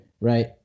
right